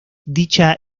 dicha